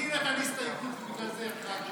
מישהו נתן הסתייגות ובגלל זה החרגתם?